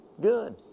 good